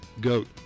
goat